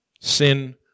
Sin